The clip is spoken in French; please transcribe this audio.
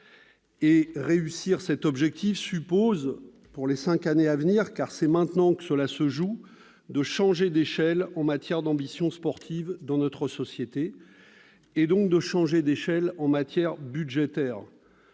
Atteindre cet objectif suppose pour les cinq années à venir, car c'est maintenant que cela se joue, de changer d'échelle en matière d'ambition sportive dans notre société, donc de changer d'échelle en matière budgétaire.